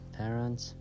parents